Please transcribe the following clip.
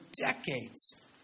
decades